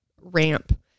ramp